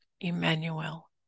Emmanuel